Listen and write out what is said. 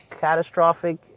catastrophic